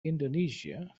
indonesia